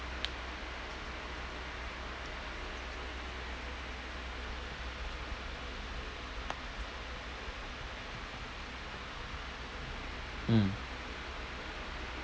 mm